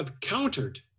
countered